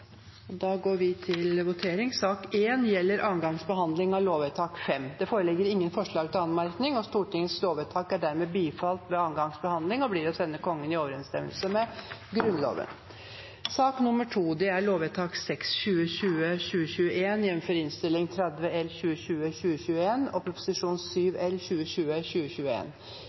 Da går vi til votering. Sak nr. 1 er andre gangs behandling av lovsak og gjelder lovvedtak 5. Det foreligger ingen forslag til anmerkning. Stortingets lovvedtak er dermed bifalt ved andre gangs behandling og blir å sende Kongen i overensstemmelse med Grunnloven. Sak nr. 2 er andre gangs behandling av lovsak og gjeler lovvedtak